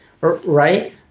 right